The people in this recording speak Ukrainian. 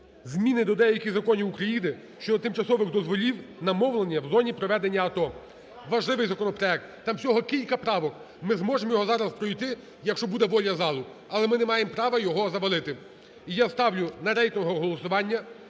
зміни щодо деяких законів України щодо тимчасових дозволів на мовлення в зоні проведення АТО. Важливий законопроект, там всього кілька правок, ми зможемо його зараз пройти, якщо буде воля залу. Але ми не маємо права його завалити. І я ставлю на рейтингове голосування